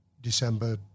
December